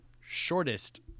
shortest